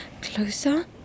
Closer